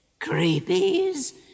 Creepies